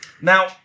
Now